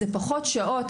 זה פחות שעות.